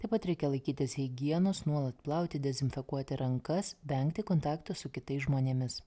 taip pat reikia laikytis higienos nuolat plauti dezinfekuoti rankas vengti kontakto su kitais žmonėmis